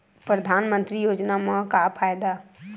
परधानमंतरी योजना म का फायदा?